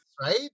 Right